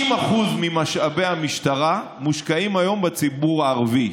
50% ממשאבי המשטרה מושקעים היום בציבור הערבי,